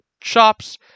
shops